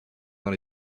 dans